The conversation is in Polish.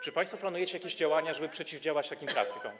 Czy państwo planujecie jakieś działania, żeby przeciwdziałać takim praktykom?